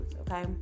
okay